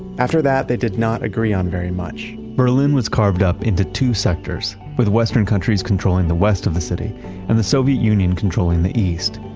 after that, they did not agree on very much berlin was carved up into two sectors. with western countries controlling the west of the city and the soviet union controlling the east.